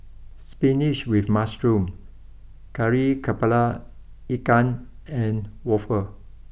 spinach with Mushroom Kari Kepala Ikan and waffle